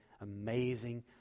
amazing